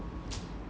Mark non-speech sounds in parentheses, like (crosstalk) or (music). (noise)